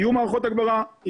יהיו מערכות הגברה,